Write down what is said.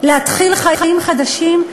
להתחיל חיים חדשים.